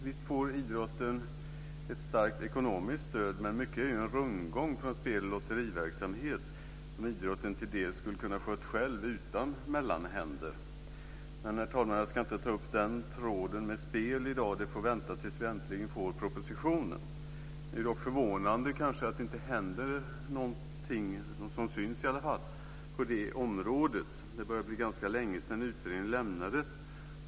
Visst får idrotten ett starkt ekonomiskt stöd, men mycket är ju rundgång från spel och lotteriverksamhet, som idrotten till en del skulle ha kunnat sköta själv utan mellanhänder. Men herr talman, jag ska inte ta upp tråden med spel i dag. Det får vänta tills vi äntligen får propositionen. Det är ändå förvånande, kanske, att det inte händer någonting, ingenting som syns i alla fall, på det området. Det börjar bli ganska längesedan som utredningen lämnades.